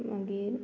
मागीर